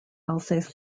alsace